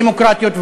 דמוקרטיות,